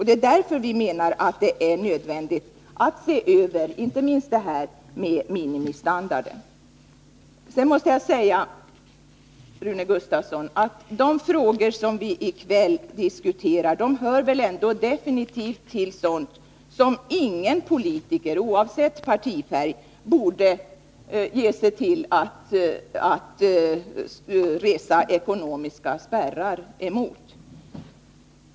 Det är därför vi anser att det är nödvändigt att se över inte minst det som gäller minimistandarden. Sedan måste jag säga, Rune Gustavsson, att de frågor som vi i kväll diskuterar hör definitivt till sådant som ingen politiker — oavsett partifärg — borde ge sig in på att resa ekonomiska spärrar emot.